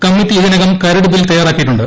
committee ഇതിനകം കരട് bill തയ്യാറാക്കിയിട്ടുണ്ട്